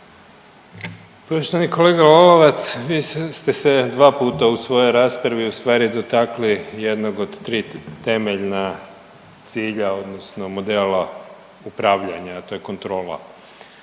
Poštovani kolega Lalovac, vi ste se dva puta u svojoj raspravi ustvari dotakli jednog od tri temeljna cilja odnosno modela upravljanja, a to je kontrola.